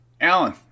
Alan